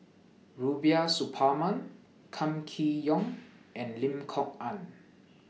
Rubiah Suparman Kam Kee Yong and Lim Kok Ann